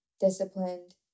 disciplined